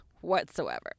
Whatsoever